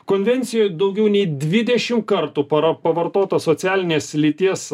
konvencijoj daugiau nei dvidešimt kartų para pavartota socialinės lyties